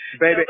baby